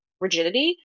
rigidity